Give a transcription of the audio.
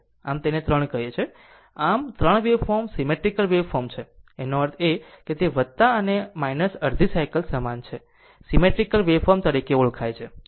આમ આને 3 કહે છે આ 3 વેવફોર્મ સીમેટ્રીકલ વેવફોર્મ છે એનો અર્થ એ કે તે અને અડધી સાયકલ સમાન છે સીમેટ્રીકલ વેવફોર્મ તરીકે ઓળખાય છે